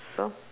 so